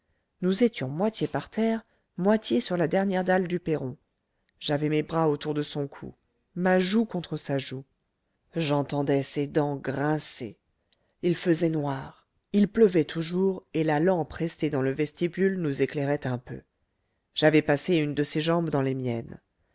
nous étions moitié par terre moitié sur la dernière dalle du perron j'avais mes bras autour de son cou ma joue contre sa joue j'entendais ses dents grincer il faisait noir il pleuvait toujours et la lampe restée dans le vestibule nous éclairait un peu j'avais passé une de ses jambes dans les miennes